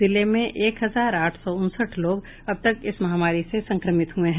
जिले में एक हजार आठ सौ उनसठ लोग अब तक इस महामारी से संक्रमित हुए हैं